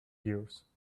gears